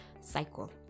cycle